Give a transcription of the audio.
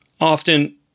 often